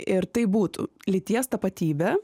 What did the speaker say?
ir tai būtų lyties tapatybė